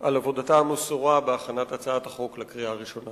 על עבודתה המסורה בהכנת הצעת החוק לקריאה ראשונה.